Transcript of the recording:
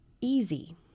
Easy